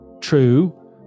True